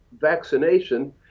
vaccination